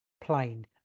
plain